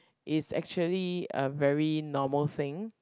is actually a very normal thing